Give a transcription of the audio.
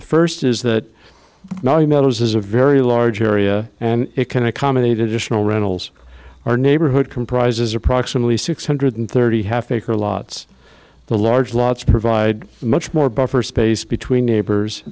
the first is that now you meadows is a very large area and it can accommodate additional rentals our neighborhood comprises approximately six hundred thirty half acre lots the large lots provide much more buffer space between neighbors